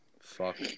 Fuck